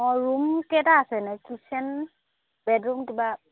অঁ ৰূম কেইটা আছে এনেই কিটচেন বেডৰূম কিবা